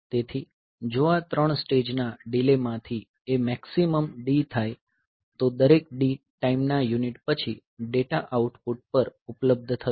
તેથી જો આ 3 સ્ટેજના ડીલેમાંથી એ મેક્સીમમ D થાય તો દરેક D ટાઈમના યુનિટ પછી ડેટા આઉટપુટ પર ઉપલબ્ધ થશે